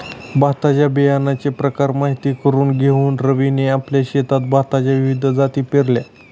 भाताच्या बियाण्याचे प्रकार माहित करून घेऊन रवीने आपल्या शेतात भाताच्या विविध जाती पेरल्या